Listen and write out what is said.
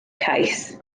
cais